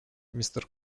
мистер